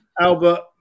Albert